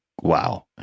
wow